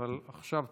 אבל עכשיו תורו,